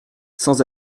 sans